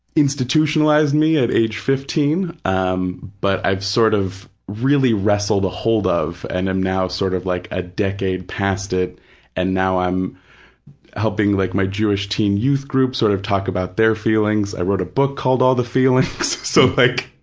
institutionalized me at age fifteen, um but i've sort of really wrestled a hold of and am now sort of like a decade past it and now i'm helping like my jewish teen youth group sort of talk about their feelings. i wrote a book called all the feelings so like,